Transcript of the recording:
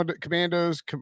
Commandos